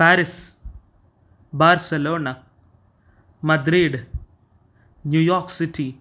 Paris Barcelona Madrid New York city